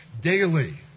daily